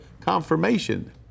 confirmation